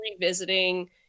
revisiting